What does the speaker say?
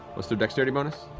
what's their dexterity bonus?